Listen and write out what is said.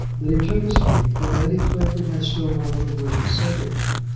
then he took his leave but lady clavering had still one other word to say to him.